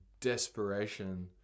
desperation